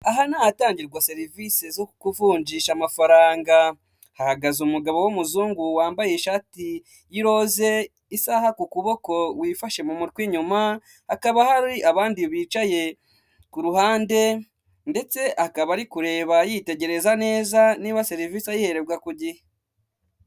Ni akazu ka emutiyene k'umuhondo, kariho ibyapa byinshi mu bijyanye na serivisi zose za emutiyene, mo imbere harimo umukobwa, ubona ko ari kuganira n'umugabo uje kumwaka serivisi.